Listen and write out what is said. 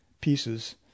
pieces